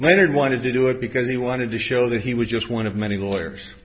maynard wanted to do it because he wanted to show that he was just one of many lawyers